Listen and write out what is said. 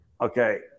Okay